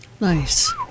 Nice